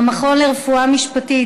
מהמכון לרפואה משפטית,